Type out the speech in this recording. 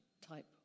type